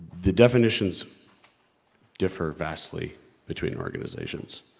the definitions differ vastly between organizations.